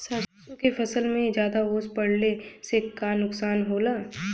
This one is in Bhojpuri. सरसों के फसल मे ज्यादा ओस पड़ले से का नुकसान होला?